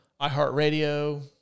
iHeartRadio